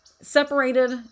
separated